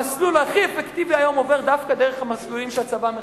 המסלול הכי אפקטיבי היום עובר דווקא דרך המסלולים שהצבא מכין,